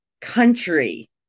country